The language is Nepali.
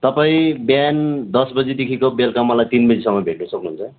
तपाईँ बिहान दस बजेदेखिको बेलुका मलाई तिन बजेसम्म भेट्नु सक्नुहुन्छ